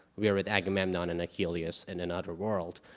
we are with agamemnon and achilles in another world.